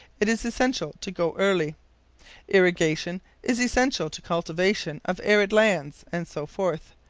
it is essential to go early irrigation is essential to cultivation of arid lands, and so forth.